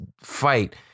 fight